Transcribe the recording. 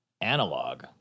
analog